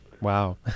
Wow